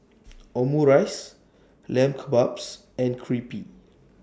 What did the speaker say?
Omurice Lamb Kebabs and Crepe